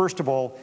first of all